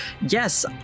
yes